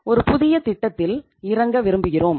நாம் ஒரு புதிய திட்டத்தில் இறங்க விரும்புகிறோம்